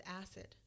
acid